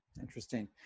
Interesting